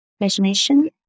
imagination